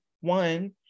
one